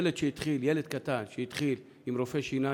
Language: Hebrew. ילד שהתחיל, ילד קטן שהתחיל לטפל אצל רופא שיניים,